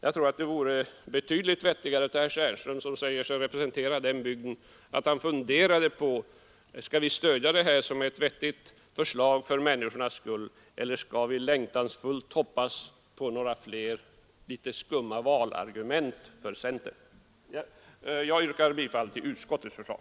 Jag tror det vore vettigare av herr Stjernström, som säger sig representera den här bygden, att fundera på om centern skall stödja detta som ett vettigt förslag för människornas skull eller om centern längtansfullt skall hoppas på några fler litet skumma valargument. Jag yrkar bifall till utskottets förslag.